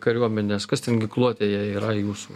kariuomenės kas ten ginkluotėje yra jūsų